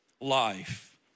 life